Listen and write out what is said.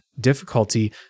difficulty